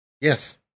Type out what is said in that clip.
Yes